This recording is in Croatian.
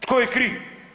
Tko je kriv?